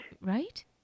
right